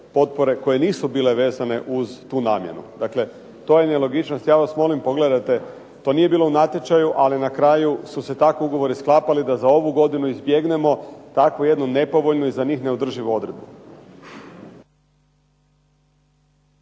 potpore koje nisu bile vezane uz tu namjenu. Dakle, to je nelogičnost. Ja vas molim pogledajte to nije bilo u natječaju, ali na kraju su se tako ugovori sklapali da za ovu godinu izbjegnemo tako jednu nepovoljno i za njih neodrživu odredbu.